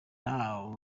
now